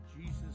Jesus